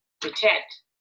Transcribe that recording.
protect